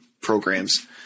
programs